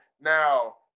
Now